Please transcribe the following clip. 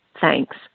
Thanks